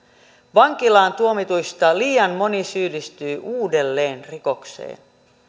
vankilaan tuomituista liian moni syyllistyy uudelleen rikokseen